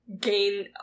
gain